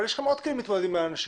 אבל יש לכם עוד כלים להתמודד עם האנשים.